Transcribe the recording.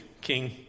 King